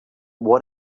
what